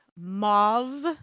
mauve